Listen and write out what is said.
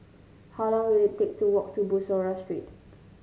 how long will it take to walk to Bussorah Street